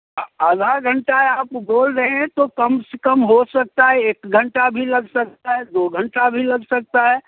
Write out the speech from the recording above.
आ आधा घंटा आप बोल रहे हैं तो कम से कम हो सकता है एक घंटा भी लग सकता है दो घंटा भी लग सकता है